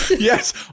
Yes